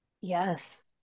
Yes